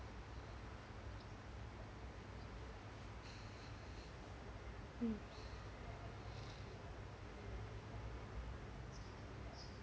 mm